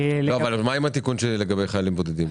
מה עם התיקון שלי לגבי חיילים בודדים?